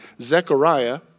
Zechariah